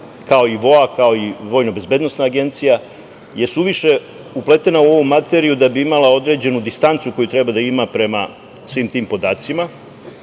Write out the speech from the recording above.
kao i VOA, kao i vojno-bezbednosna agencija, je suviše upletena u ovu materiju da bi imala određenu distancu koju treba da ima prema svim tim podacima